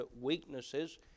weaknesses